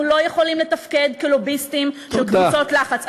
לא יכולים לתפקד כלוביסטים של קבוצות לחץ.